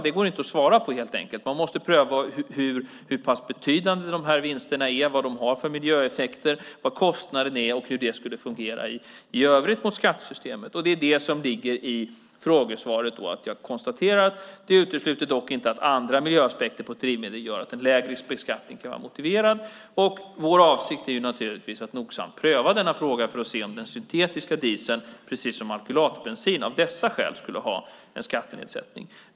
Det går inte att svara på det, helt enkelt. Man måste pröva hur pass betydande vinsterna är, vad de har för miljöeffekter, vad kostnaden är och hur det skulle fungera i övrigt mot skattesystemet. Det är det som ligger i frågesvaret; jag konstaterar att detta dock inte utesluter att andra miljöaspekter på ett drivmedel gör att en lägre beskattning kan vara motiverad. Vår avsikt är naturligtvis att nogsamt pröva denna fråga för att se om den syntetiska dieseln precis som alkylatbensin av dessa skäl skulle ha en skattenedsättning.